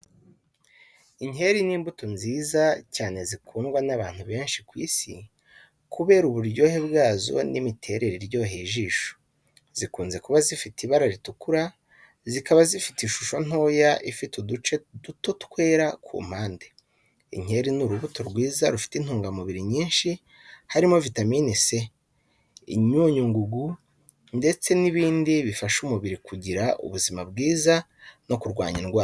Inkeri ni imbuto nziza cyane zikundwa n’abantu benshi ku Isi kubera uburyohe bwazo n’imiterere iryoheye ijisho. Zikunze kuba zifite ibara ritukura, zikaba zifite ishusho ntoya ifite uduce duto twera ku mpande. Inkeri ni urubuto rwiza rufite intungamubiri nyinshi harimo vitamine C, imyunyungugu, ndetse n’ibindi bifasha umubiri kugira ubuzima bwiza no kurwanya indwara.